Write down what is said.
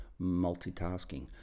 multitasking